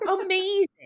amazing